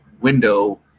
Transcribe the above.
window